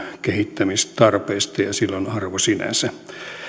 kehittämistarpeista ja sillä on arvo sinänsä